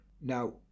Now